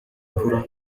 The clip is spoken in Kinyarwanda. mvura